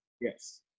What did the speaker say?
Yes